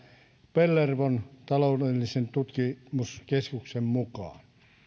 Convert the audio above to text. pellervon taloudellisen tutkimuslaitoksen mukaan